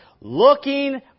looking